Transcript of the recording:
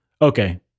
Okay